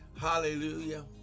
Hallelujah